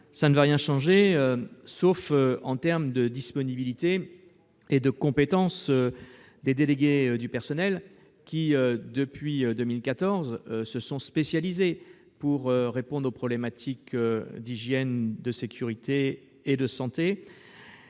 ne va rien changer, sauf pour la disponibilité et la compétence des délégués du personnel, qui, depuis 2014, se sont spécialisés pour répondre aux problématiques d'hygiène, de sécurité et de santé.